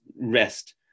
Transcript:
rest